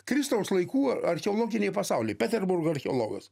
kristaus laikų archeologiniai pasauliai peterburgo archeologas